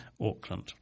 Auckland